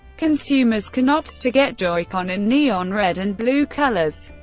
consumers can opt to get joy-con in neon red and blue colors.